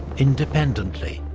independently,